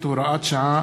(הוראת שעה),